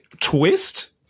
Twist